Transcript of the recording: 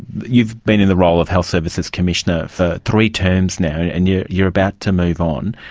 you've been in the role of health services commissioner for three terms now and you're you're about to move on.